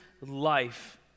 life